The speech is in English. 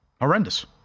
Horrendous